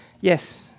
Yes